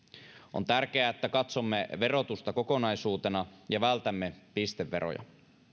on tärkeää että katsomme verotusta kokonaisuutena ja vältämme pisteveroja